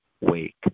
wake